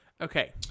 Okay